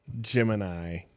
Gemini